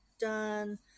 done